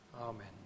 Amen